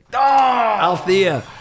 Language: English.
Althea